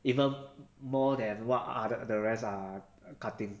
even more than what are the rest are cutting